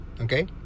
Okay